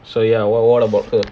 so ya what about her